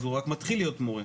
אז הוא רק מתחיל להיות מורה.